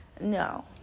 No